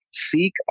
seek